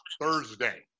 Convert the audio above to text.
Thursday